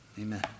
Amen